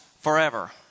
forever